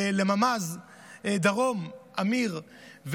לממ"ז דרום אמיר,